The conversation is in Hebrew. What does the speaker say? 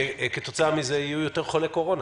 שכתוצאה מכך יהיו יותר חולי קורונה.